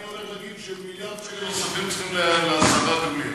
אני הולך להגיד שמיליארד שקל נוספים צריכים להגיע לשרה גמליאל.